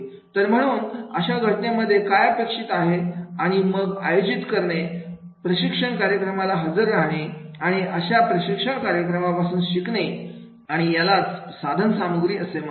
तर म्हणून अशा घटनेमध्ये काय अपेक्षित आहे आणि मग आयोजित करणे प्रशिक्षण कार्यक्रमाला हजर राहणे आणि अशा प्रशिक्षण कार्यक्रमापासून शिकणे आणि यालाच साधनसामुग्री असे म्हणतात